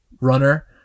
runner